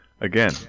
Again